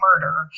murder